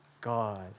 God